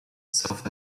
south